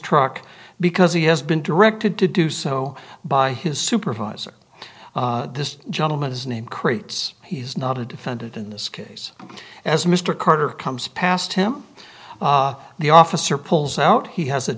truck because he has been directed to do so by his supervisor this gentleman his name creates he's not a defendant in this case as mr carter comes past him the officer pulls out he has a